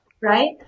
right